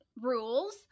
rules